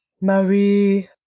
Marie